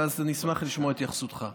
ואז אני אשמח לשמוע את התייחסותך.